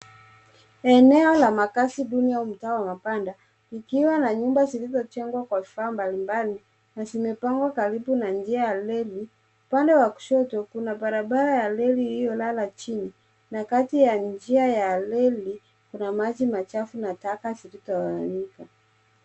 Eneo la makazi duni au mtaa wa mabanda ikiwa na nyumba zilizojengwa kwa vifaa mbalimbali na zimepangwa karibu na njia ya reli. Upande wa kushoto kuna barabara ya reli iliyolala chini na kati ya njia ya reli, kuna maji machafu na taka zilizotawanyika.